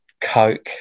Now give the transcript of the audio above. Coke